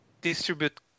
distribute